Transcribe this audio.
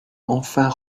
enfin